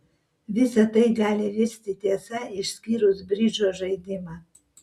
visa tai gali virsti tiesa išskyrus bridžo žaidimą